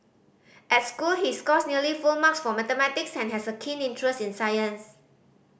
at school he scores nearly full marks for mathematics and has a keen interest in science